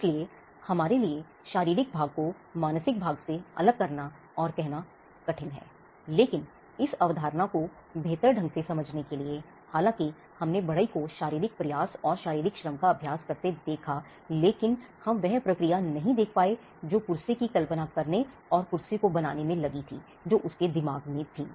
इसलिए हमारे लिए शारीरिक भाग को मानसिक भाग से अलग करना और कहना कठिन है लेकिन इस अवधारणा को बेहतर ढंग से समझने के लिए हालांकि हमने बढ़ई को शारीरिक प्रयास और शारीरिक श्रम का अभ्यास करते देखा लेकिन हम वह प्रक्रिया नहीं देख पाए जो कुर्सी की कल्पना करने और कुर्सी को बनाने में लगी थी जो उसके दिमाग में थी